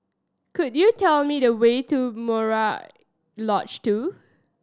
could you tell me the way to Murai Lodge Two